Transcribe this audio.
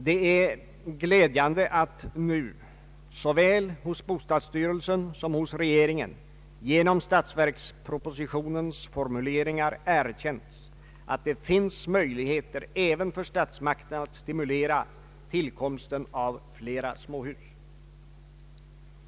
Det är glädjande att det nu såväl av bostadsstyrelsen som av regeringen genom statsverkspropositionens formuleringar erkänts att det finns möjligheter även för statsmakterna att stimulera tillkomsten av flera småhus.